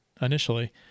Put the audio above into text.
initially